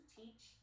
teach